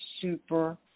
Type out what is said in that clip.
super